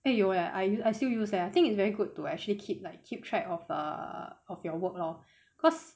诶有 leh I use I still use leh I think it's very good to actually keep like keep track of err of your work lor cause